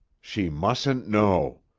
she mustn't know.